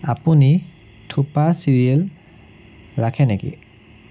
আপুনি থোপা চিৰিয়েল ৰাখে নেকি